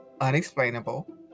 unexplainable